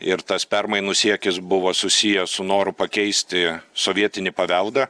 ir tas permainų siekis buvo susijęs su noru pakeisti sovietinį paveldą